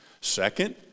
Second